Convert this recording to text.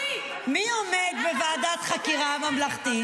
אממה, מי עומד בוועדת חקירה ממלכתית?